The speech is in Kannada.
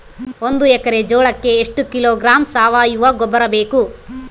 ಒಂದು ಎಕ್ಕರೆ ಜೋಳಕ್ಕೆ ಎಷ್ಟು ಕಿಲೋಗ್ರಾಂ ಸಾವಯುವ ಗೊಬ್ಬರ ಬೇಕು?